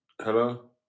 Hello